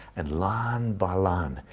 and line by line,